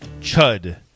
Chud